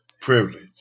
privilege